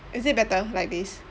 is it better like this